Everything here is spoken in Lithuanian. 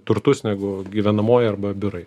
turtus negu gyvenamoji arba biurai